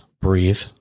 breathe